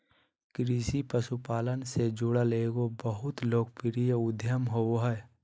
कृषि पशुपालन से जुड़ल एगो बहुत लोकप्रिय उद्यम होबो हइ